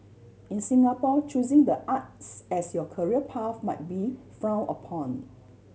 in Singapore choosing the arts as your career path might be frown upon